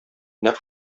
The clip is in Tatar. нәкъ